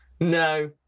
No